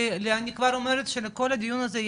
אני כבר אומרת שלכל הדיון הזה,